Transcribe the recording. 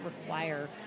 require